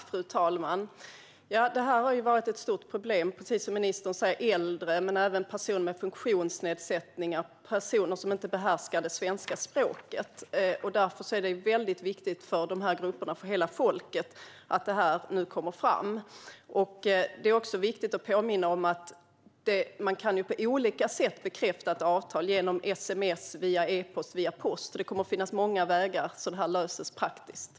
Fru talman! Precis som ministern säger har det här varit ett stort problem för äldre, personer med funktionsnedsättningar och personer som inte behärskar svenska språket. Därför är det väldigt viktigt för dessa grupper, ja för hela folket, att detta nu kommer fram. Det är också viktigt att påminna om att man kan bekräfta ett avtal på olika sätt: via sms, e-post eller post. Det kommer att finnas många vägar att lösa detta praktiskt.